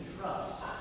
trust